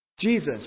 Jesus